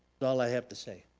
but all i have to say.